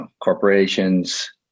corporations